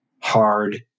hard